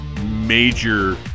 major